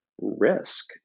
risk